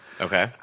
Okay